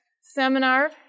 seminar